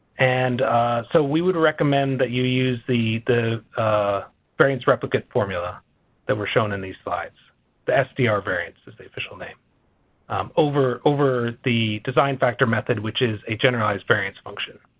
and so we would recommend that you use the the variance replicate formula that were shown in these slides the sdr variance is the official name over over the design factor method which is a generalized variance function.